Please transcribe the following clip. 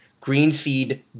Greenseed